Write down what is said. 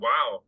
Wow